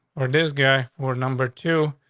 or this guy or number two,